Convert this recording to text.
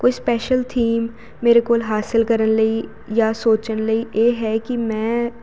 ਕੋਈ special theme ਮੇਰੇ ਕੋਲ ਹਾਸਿਲ ਕਰਨ ਲਈ ਜਾਂ ਸੋਚਣ ਲਈ ਇਹ ਹੈ ਕਿ ਮੈਂ